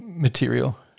Material